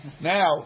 Now